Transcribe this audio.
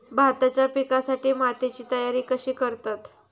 भाताच्या पिकासाठी मातीची तयारी कशी करतत?